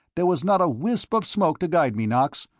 there was not a wisp of smoke to guide me, knox,